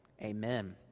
amen